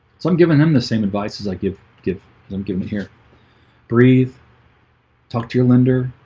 so i'm giving them the same advice as i give give them give me here breathe talk to your lender